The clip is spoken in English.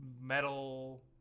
metal